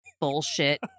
bullshit